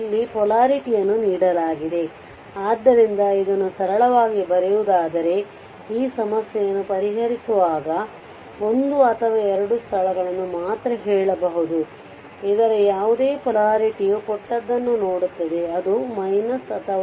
ಇಲ್ಲಿ ಪೊಲಾರಿಟಿಯನ್ನು ನೀಡಲಾಗಿದೆ ಆದ್ದರಿಂದ ಅದನ್ನು ಸರಳವಾಗಿ ಬರೆಯುವುದಾದರೆ ಈ ಸಮಸ್ಯೆಯನ್ನು ಪರಿಹರಿಸುವಾಗ 1 ಅಥವಾ 2 ಸ್ಥಳಗಳನ್ನು ಮಾತ್ರ ಹೇಳುಬಹುದು ಇದರ ಯಾವುದೇ ಪೊಲಾರಿಟಿಯು ಕೊಟ್ಟದ್ದನ್ನು ನೋಡುತ್ತದೆ ಅದು ಅಥವಾ